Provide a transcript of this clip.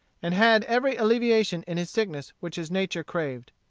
and had every alleviation in his sickness which his nature craved.